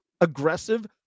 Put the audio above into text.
aggressive